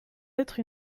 être